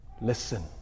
Listen